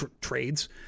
trades